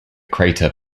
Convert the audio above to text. crater